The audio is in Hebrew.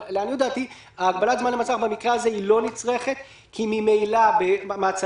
אבל לעניות דעתי הגבלת הזמן למעצר במקרה הזה היא לא נצרכת כי ממילא מעצרי